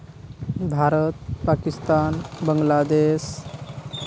Bharat Pakistan Bangladesh